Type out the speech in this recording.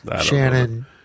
Shannon